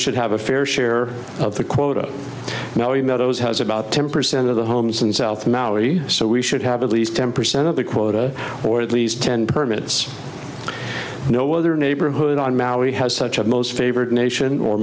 should have a fair share of the quota now the meadows has about ten percent of the homes in south maui so we should have at least ten percent of the quota or at least ten permits you know whether neighborhood on maui has such a most favored nation or